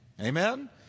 Amen